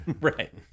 right